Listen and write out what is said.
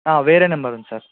వేరే నెంబర్ ఉంది సార్